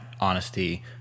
honesty